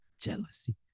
Jealousy